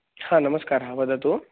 हा नमस्कारः वदतु